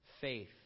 Faith